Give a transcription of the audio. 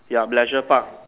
ya pleasure park